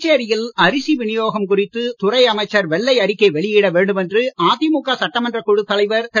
புதுச்சேரியில் அரிசி வினியோகம் குறித்து துறை அமைச்சர் வெள்ளை அறிக்கை வெளியிட வேண்டுமென்று அதிமுக சட்டமன்றக் குழுத் தலைவர் திரு